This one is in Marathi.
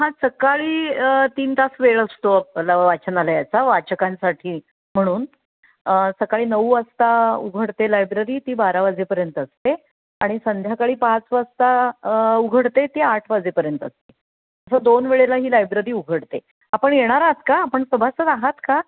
हां सकाळी तीन तास वेळ असतो आपला वाचनालयाचा वाचकांसाठी म्हणून सकाळी नऊ वाजता उघडते लायब्ररी ती बारा वाजेपर्यंत असते आणि संध्याकाळी पाच वाजता उघडते ती आठ वाजेपर्यंत असते असं दोन वेळेला ही लायब्ररी उघडते आपण येणार आहात का आपण सभासद आहात का